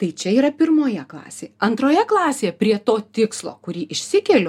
tai čia yra pirmoje klasėje antroje klasėje prie to tikslo kurį išsikeliu